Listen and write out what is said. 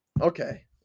okay